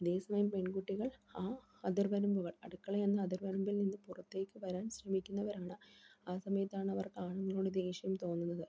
അതേ സമയം പെൺകുട്ടികൾ ആ അതിർ വരമ്പുകൾ അടുക്കള എന്ന അതിർവരമ്പിൽ നിന്ന് പുറത്തേക്ക് വരാൻ ശ്രമിക്കുന്നവരാണ് ആ സമയത്താണ് അവർ ആണുങ്ങളോട് ദേഷ്യം തോന്നുന്നത്